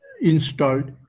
installed